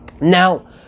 now